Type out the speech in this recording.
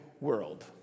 world